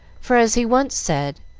for, as he once said,